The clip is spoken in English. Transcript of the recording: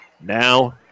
Now